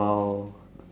!wow!